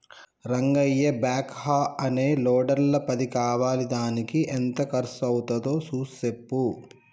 Rangayya backhoe అనే లోడర్ల పది కావాలిదానికి ఎంత కర్సు అవ్వుతాదో సూసి సెప్పు